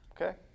Okay